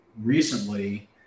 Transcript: recently